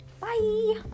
Bye